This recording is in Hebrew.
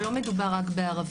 אבל לא מדובר רק בערבים.